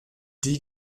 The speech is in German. die